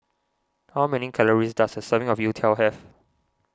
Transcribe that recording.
how many calories does a serving of Youtiao have